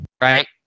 Right